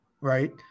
right